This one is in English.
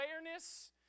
awareness